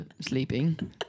sleeping